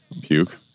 Puke